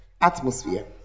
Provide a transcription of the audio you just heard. Atmosphere